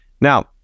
Now